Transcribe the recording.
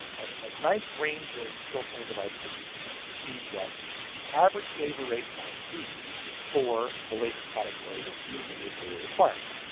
a nice range of filtering devices you could use to see what the average labor rate might be for the labor category that you need for your requirement.